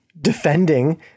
defending